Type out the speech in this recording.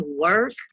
work